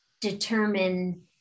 determine